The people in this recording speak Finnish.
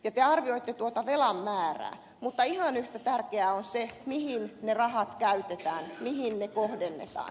te arvioitte tuota velan määrää mutta ihan yhtä tärkeää on se mihin ne rahat käytetään mihin ne kohdennetaan